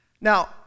Now